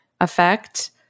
effect